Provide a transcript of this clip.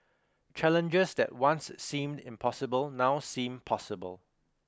challenges that once seemed impossible now seem possible